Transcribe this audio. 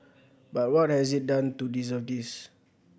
but what has it done to deserve this